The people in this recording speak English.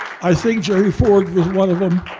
i think jerry ford was one of em.